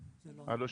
לא.